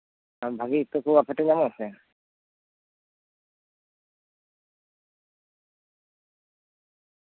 ᱵᱷᱟᱜᱮ ᱤᱛᱟᱹ ᱠᱚ ᱟᱯᱮ ᱴᱷᱮᱡ ᱧᱟᱢᱚᱜ ᱟᱥᱮ